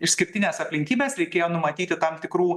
išskirtinės aplinkybės reikėjo numatyti tam tikrų